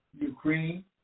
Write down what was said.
Ukraine